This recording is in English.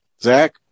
zach